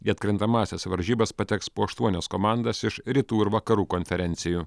į atkrintamąsias varžybas pateks po aštuonias komandas iš rytų ir vakarų konferencijų